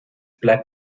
bleibt